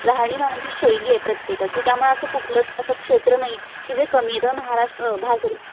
राहणीमानांची शैली आहे प्रत्येकाची त्यामुळं असं कुठलंच असं क्षेत्र नाही की जे कमी आहे त्यामुळे महाराष भार सॉरी